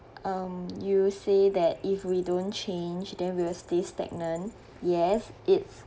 um you say that if we don't change then we will stay stagnant yes it's